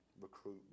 recruit